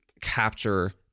capture